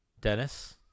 Dennis